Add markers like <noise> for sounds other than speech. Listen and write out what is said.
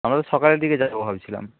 আমরা তো সকালের দিকে <unintelligible> ভাবছিলাম